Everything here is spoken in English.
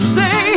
say